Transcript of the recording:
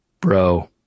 Bro